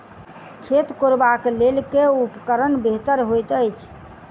खेत कोरबाक लेल केँ उपकरण बेहतर होइत अछि?